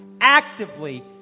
actively